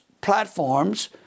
platforms